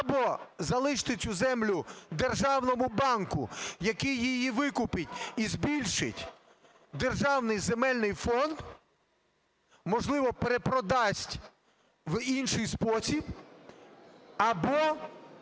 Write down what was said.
або залишити цю землю державному банку, який її викупить і збільшить державний земельний фонд, можливо, перепродасть у інший спосіб, або